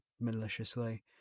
maliciously